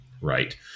right